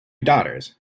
daughters